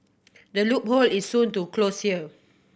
the loophole is soon to close here